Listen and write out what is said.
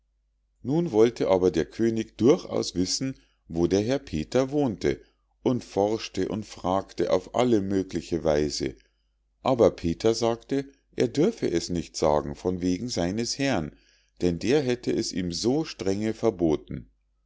nun wollte aber der könig durchaus wissen wo der herr peter wohnte und forschte und fragte auf alle mögliche weise aber peter sagte er dürfe es nicht sagen von wegen seines herrn denn der hätte es ihm so strenge verboten